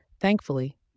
Thankfully